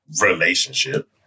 relationship